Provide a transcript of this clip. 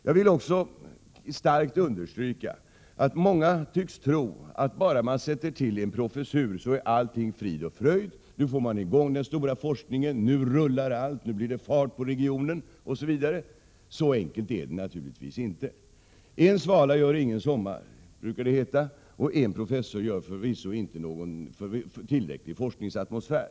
Jag vill också starkt understryka att många tycks tro att om man bara tillsätter en professur så är allt frid och fröjd, och att man därigenom får i gång den stora forskningen, allt rullar och det blir fart på regionen, osv. Så enkelt är det naturligtvis inte. En svala gör ingen sommar, brukar det heta, och en professor skapar förvisso inte någon tillräcklig forskningsatmosfär.